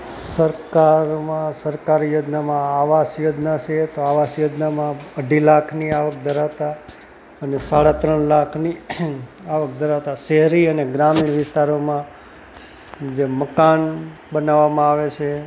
સરકારમાં સરકારી યોજનામાં આવાસ યોજના છે તો આવાસ યોજનામાં અઢી લાખની આવક ધરાવતા અને સાડા ત્રણ લાખની આવક ધરાવતા શહેરી અને ગ્રામીણ વિસ્તારોમાં જે મકાન બનાવવામાં આવે છે